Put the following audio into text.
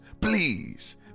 Please